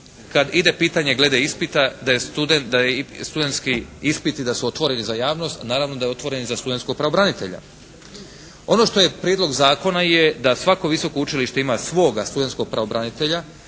kad ide pitanje glede ispita da je studentski ispiti da su otvoreni za javnost naravno da je otvoren i za studentskog pravobranitelja. Ono što je Prijedlog zakona je da svako visoko učilište ima svoga studentskog pravobranitelja